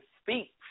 speak